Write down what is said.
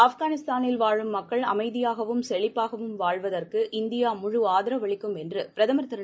ஆப்கானிஸ்தானில் வாழும் மக்கள் அமைதியாகவும் செழிப்பாகவும் வாழுவதற்கு இந்தியா முழு ஆதரவளிக்கும் என்றுபிரதமர் திரு